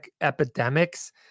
epidemics